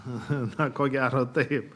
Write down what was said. aha ko gero taip